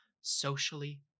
socially